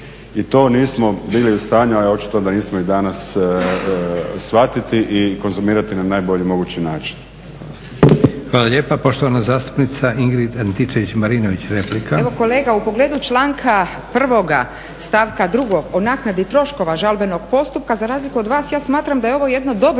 i to nismo bili u stanju, a očito da nismo ni danas shvatiti i konzumirati na najbolji mogući način.